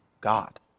God